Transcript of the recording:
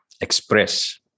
express